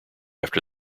after